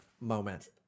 moment